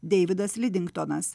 deividas lidingtonas